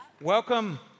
Welcome